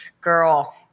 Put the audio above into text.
girl